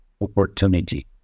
opportunity